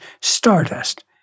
Stardust